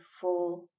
four